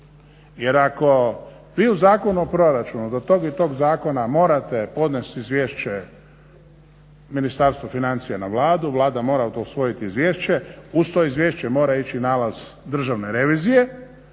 Jer ako vi u Zakonu o proračunu do tog i tog zakona morate podnijeti izvješće Ministarstvu financija na Vladu, Vlada mora to usvojiti izvješće uz to izvješće mora ići nalaz Državne revizije